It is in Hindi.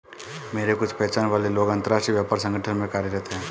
मेरे कुछ पहचान वाले लोग अंतर्राष्ट्रीय व्यापार संगठन में कार्यरत है